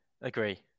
agree